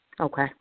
Okay